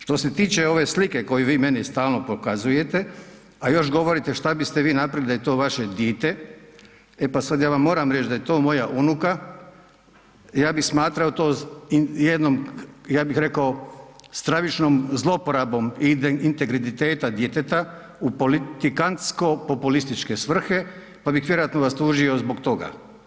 Što se tiče ove slike koju vi meni stalno pokazujete, a još govorite što biste vi napravili da je to vaše dite, e pa sada ja vama moram reći da je to moja unuka ja bih smatrao to jednom ja bih rekao stravičnom zloporabom integriteta djeteta u politikansko-populističke svrhe, pa bih vjerojatno vas tužio zbog toga.